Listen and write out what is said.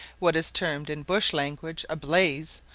what is termed in bush language a blaze,